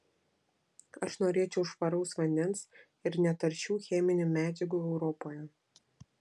aš norėčiau švaraus vandens ir netaršių cheminių medžiagų europoje